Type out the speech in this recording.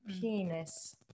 Penis